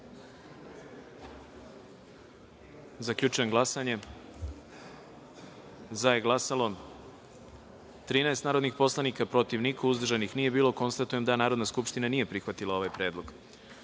predlog. Zaključujem glasanje: za je glasalo – 13 narodnih poslanika, protiv – niko, uzdržanih – nije bilo. Konstatujem da Narodna skupština nije prihvatila ovaj predlog. Narodni